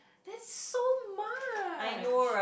that's so much